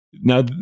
Now